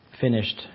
finished